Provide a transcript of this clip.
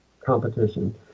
competition